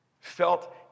felt